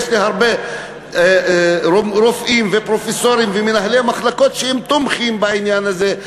יש לי הרבה רופאים ופרופסורים ומנהלי מחלקות שתומכים בעניין הזה,